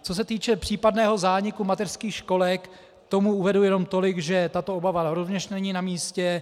Co se týče případného zániku mateřských školek, k tomu uvedu jenom tolik, že tato obava rovněž není namístě.